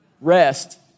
rest